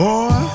Boy